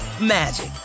magic